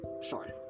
Sorry